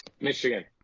Michigan